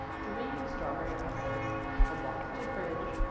three strawberry-ices, a walk to the bridge,